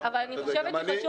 חושבת שחשוב שתקשיב.